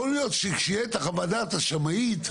יכול להיות שכשתהיה חוות הדעת השמאית,